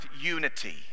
unity